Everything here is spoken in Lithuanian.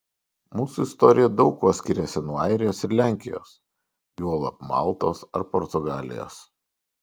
mūsų istorija daug kuo skiriasi nuo airijos ir lenkijos juolab maltos ar portugalijos